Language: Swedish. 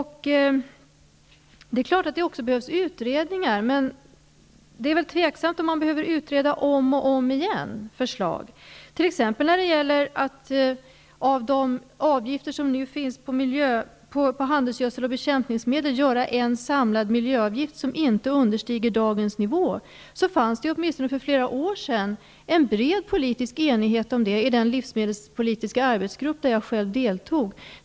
Det är klart att det behövs utredningar. Men jag tvivlar på att utredningarna skall behöva göras om. Det gäller t.ex. de avgifter som finns på handelsgödsel och bekämpningsmedel, där det är fråga om att få fram en samlad miljöavgift som inte understiger dagens nivå. Där fanns för flera år sedan en bred politisk enighet om den frågan i den livsmedelpolitiska arbetsgrupp som jag själv deltog i.